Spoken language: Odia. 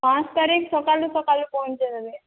ପାଞ୍ଚ ତାରିଖ ସକାଳୁ ସକାଳୁ ପହଞ୍ଚାଇ ଦେବେ